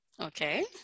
Okay